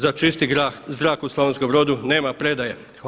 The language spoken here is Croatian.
Za čisti grad u Slavonskom Brodu nema predaje!